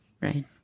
Right